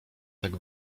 tak